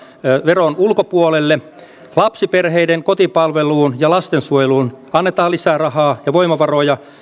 veron ulkopuolelle lapsiperheiden kotipalveluun ja lastensuojeluun annetaan lisää rahaa ja voimavaroja